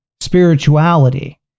spirituality